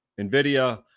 NVIDIA